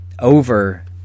over